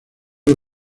del